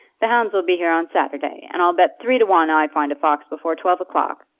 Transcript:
the hounds will be here on saturday, and i'll bet three to one i find a fox before twelve o'clock,